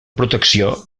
protecció